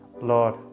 Lord